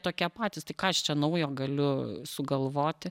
tokie patys tai ką aš čia naujo galiu sugalvoti